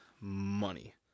money